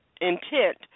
intent